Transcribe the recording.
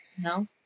no